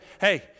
hey